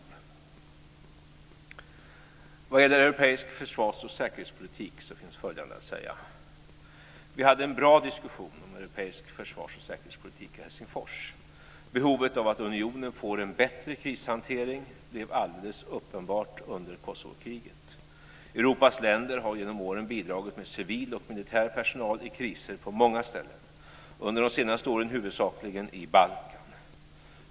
När det gäller europeisk försvars och säkerhetspolitik finns följande att säga: Vi hade en bra diskussion om europeisk försvarsoch säkerhetspolitik i Helsingfors. Behovet av att unionen får en bättre krishantering blev alldeles uppenbart under Kosovokriget. Europas länder har genom åren bidragit med civil och militär personal i kriser på många ställen, under de senaste åren huvudsakligen i Balkan.